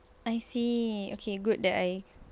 I see okay good that I